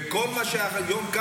וכל מה שקם היום,